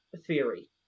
theory